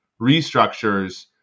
restructures